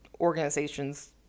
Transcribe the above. organizations